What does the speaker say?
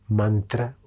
mantra